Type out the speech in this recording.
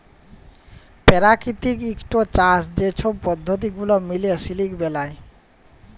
পেরাকিতিক ইকট চাষ যে ছব পদ্ধতি গুলা মিলে সিলিক বেলায়